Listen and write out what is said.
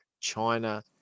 China